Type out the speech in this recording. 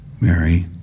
Mary